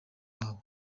wawe